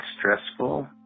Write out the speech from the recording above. stressful